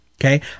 Okay